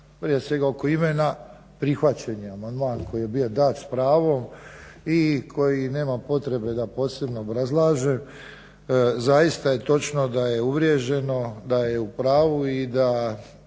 prije svega oko imena, prihvaćen je amandman koji je bio dat s pravom i koji nema potrebe da posebno obrazlažem. Zaista je točno da je uvriježeno da je upravu i da